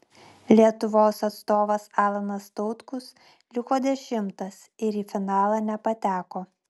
lietuvos atstovas alanas tautkus liko dešimtas ir į finalą nepateko